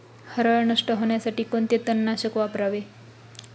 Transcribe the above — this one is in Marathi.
हरळ नष्ट होण्यासाठी कोणते तणनाशक वापरावे?